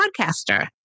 podcaster